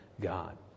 god